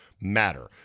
matter